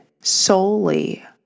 solely